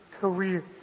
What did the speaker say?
career